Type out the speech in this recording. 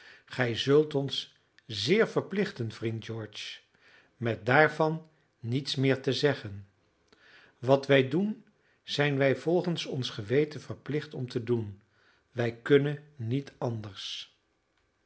gij zult ons zeer verplichten vriend george met daarvan niets meer te zeggen wat wij doen zijn wij volgens ons geweten verplicht om te doen wij kunnen niet anders